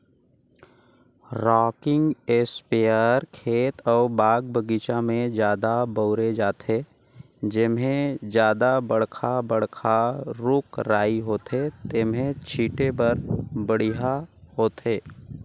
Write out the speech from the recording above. rocking sprayer खेत अउ बाग बगीचा में जादा बउरे जाथे, जेम्हे जादा बड़खा बड़खा रूख राई होथे तेम्हे छीटे बर बड़िहा होथे